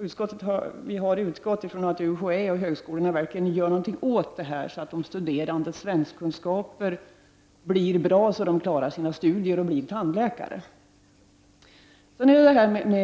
I utskottet har vi utgått ifrån att UHÄ och högskolorna verkligen gör något åt de studerandes svenskkunskaper så att de klarar sina studier och blir tandläkare.